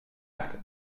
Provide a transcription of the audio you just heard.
acte